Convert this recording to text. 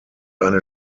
eine